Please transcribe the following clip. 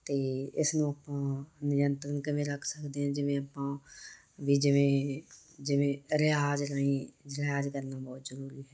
ਅਤੇ ਇਸਨੂੰ ਆਪਾਂ ਨਿਯੰਤਰਣ ਕਿਵੇਂ ਰੱਖ ਸਕਦੇ ਹਾਂ ਜਿਵੇਂ ਆਪਾਂ ਵੀ ਜਿਵੇਂ ਜਿਵੇਂ ਰਿਆਜ਼ ਰਾਹੀਂ ਰਿਆਜ਼ ਕਰਨਾ ਬਹੁਤ ਜ਼ਰੂਰੀ ਹੈ